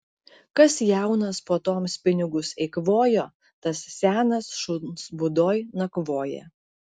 kas jaunas puotoms pinigus eikvojo tas senas šuns būdoj nakvoja